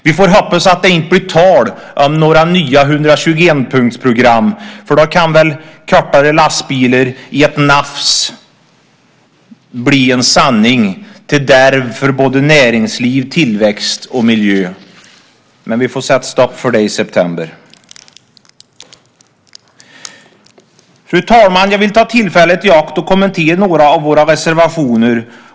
Vi får hoppas att det inte blir tal om några nya 121-punktsprogram, för då blir väl kortare lastbilar i ett nafs en sanning, till fördärv för näringsliv, tillväxt och miljö. Vi får sätta stopp för det i september. Fru talman! Jag vill ta tillfället i akt och kommentera några av våra reservationer.